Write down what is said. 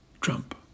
Trump